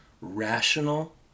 rational